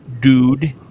dude